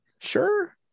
sure